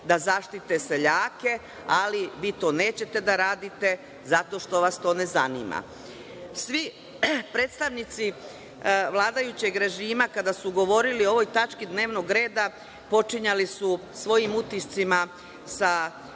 da zaštite seljake, ali vi to nećete da radite zato što vas to ne zanima. Svi predstavnici vladajućeg režima kada su govorili o ovoj tački dnevnog reda počinjali su svojim utiscima sa